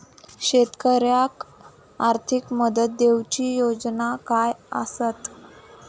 शेतकऱ्याक आर्थिक मदत देऊची योजना काय आसत?